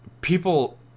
people